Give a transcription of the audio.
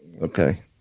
Okay